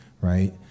right